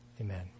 Amen